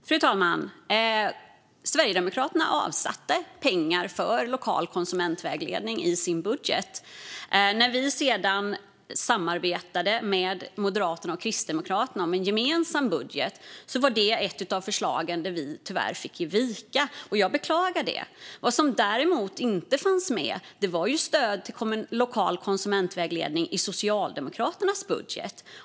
Fru talman! Vi i Sverigedemokraterna avsatte pengar till lokal konsumentvägledning i vår budget. När vi sedan samarbetade med Moderaterna och Kristdemokraterna om en gemensam budget var det ett av förslagen där vi tyvärr fick ge vika, och jag beklagar det. Stöd till lokal konsumentvägledning fanns däremot inte med i Socialdemokraternas budget.